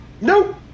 Nope